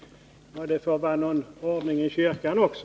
Det får vara någon ordning i kyrkan också.